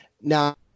now